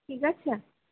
ঠিক আছে